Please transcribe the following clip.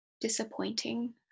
disappointing